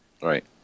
Right